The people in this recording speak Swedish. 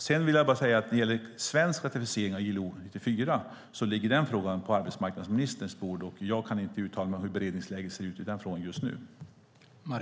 Frågan om en svensk ratificering av ILO 94 ligger på arbetsmarknadsministerns bord, och jag kan därför inte uttala mig om hur beredningsläget ser ut där.